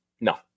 No